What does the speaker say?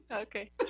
okay